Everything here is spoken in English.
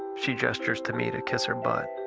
she gestures to me to kiss her butt